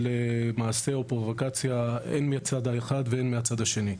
מעשה או פרובוקציה הן מהצד האחד והן מהצד השני.